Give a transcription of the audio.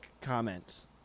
comments